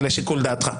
אבל לשיקול דעתך.